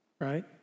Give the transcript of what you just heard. right